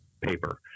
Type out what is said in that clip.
paper